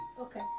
Okay